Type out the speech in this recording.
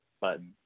button